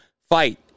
Fight